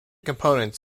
components